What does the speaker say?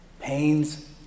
pains